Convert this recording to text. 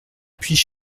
puits